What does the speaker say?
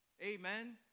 amen